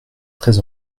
très